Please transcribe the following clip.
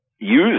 use